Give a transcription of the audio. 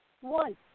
One